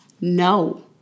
No